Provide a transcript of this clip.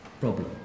problem